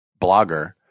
blogger